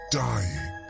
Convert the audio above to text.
dying